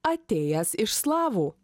atėjęs iš slavų